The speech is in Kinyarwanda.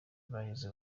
bahise